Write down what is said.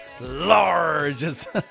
largest